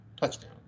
touchdown